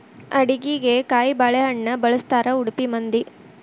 ಅಡಿಗಿಗೆ ಕಾಯಿಬಾಳೇಹಣ್ಣ ಬಳ್ಸತಾರಾ ಉಡುಪಿ ಮಂದಿ